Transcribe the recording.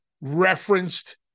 referenced